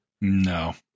No